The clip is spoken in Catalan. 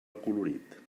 acolorit